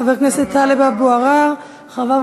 חבר הכנסת טלב אבו עראר, אחריו,